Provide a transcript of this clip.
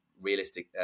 realistic